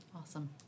Awesome